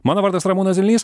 mano vardas ramūnas zilnys